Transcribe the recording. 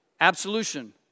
absolution